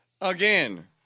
Again